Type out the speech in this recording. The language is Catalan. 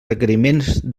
requeriments